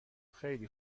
خیلی